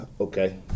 okay